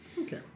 Okay